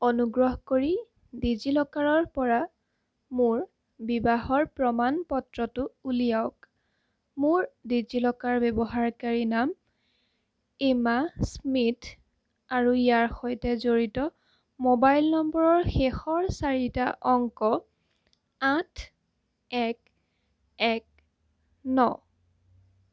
অনুগ্ৰহ কৰি ডিজি লকাৰৰ পৰা মোৰ বিবাহৰ প্ৰমাণপত্ৰটো উলিয়াওক মোৰ ডিজি লকাৰ ব্যৱহাৰকাৰী নাম এম্মা স্মিথ আৰু ইয়াৰ সৈতে জড়িত মোবাইল নম্বৰৰ শেষৰ চাৰিটা অংক আঠ এক এক ন